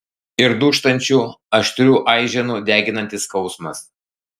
ir dūžtančių aštrių aiženų deginantis skausmas